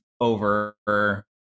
over